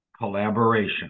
collaboration